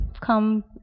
come